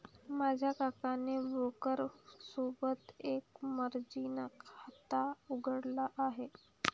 माझ्या काकाने ब्रोकर सोबत एक मर्जीन खाता उघडले आहे